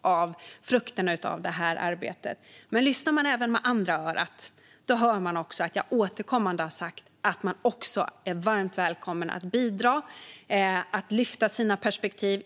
av frukten av det här arbetet. Men lyssnar man även med andra örat hör man också att jag återkommande har sagt att man också är varmt välkommen att bidra och att lyfta sina perspektiv.